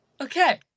Okay